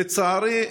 לצערי,